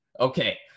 Okay